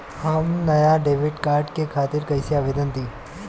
हम नया debit card के खातिर कइसे आवेदन दीं?